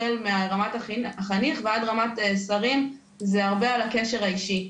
החל מרמת החניך ועד רמת שרים זה הרבה על הקשר האישי.